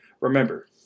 Remember